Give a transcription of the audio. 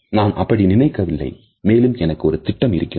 நான் அப்படி நினைக்கவில்லை மேலும் எனக்கு ஒரு திட்டம் இருக்கிறது